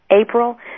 April